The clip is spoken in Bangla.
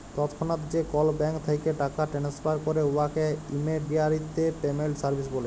তৎক্ষণাৎ যে কল ব্যাংক থ্যাইকে টাকা টেনেসফার ক্যরে উয়াকে ইমেডিয়াতে পেমেল্ট সার্ভিস ব্যলে